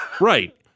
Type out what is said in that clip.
Right